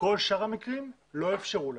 כל שאר המקרים, לא אפשרו להם.